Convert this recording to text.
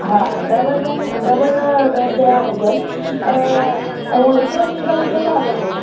हा double room double bed जा हुजनि ऐं हिकिड़ो सिंगल हुजे त हलंदो